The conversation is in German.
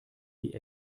die